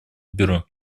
бюро